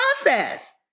process